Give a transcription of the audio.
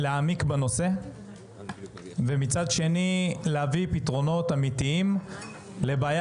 שיעמיקו בנושא ולהביא פתרונות אמיתיים לבעיה